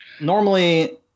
normally